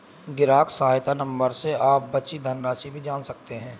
ग्राहक सहायता नंबर से आप बची धनराशि भी जान सकते हैं